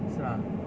是吗